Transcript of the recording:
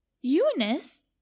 Eunice